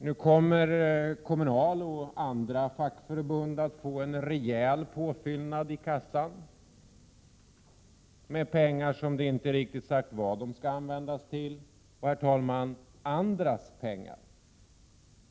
Nu kommer Kommunal och andra fackförbund att få en rejäl påfyllnad i kassan med pengar som det inte riktigt sagts vad de skall användas till — andras pengar.